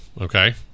okay